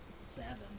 Seven